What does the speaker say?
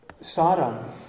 Sodom